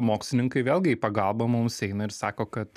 mokslininkai vėlgi į pagalbą mums eina ir sako kad